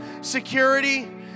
security